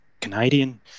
Canadian